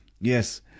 Yes